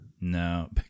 No